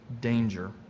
danger